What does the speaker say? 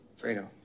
Fredo